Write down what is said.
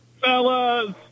fellas